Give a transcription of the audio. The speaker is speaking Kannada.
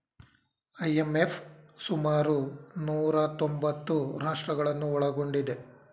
ಐ.ಎಂ.ಎಫ್ ಸುಮಾರು ನೂರಾ ತೊಂಬತ್ತು ರಾಷ್ಟ್ರಗಳನ್ನು ಒಳಗೊಂಡಿದೆ